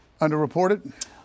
Underreported